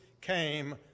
came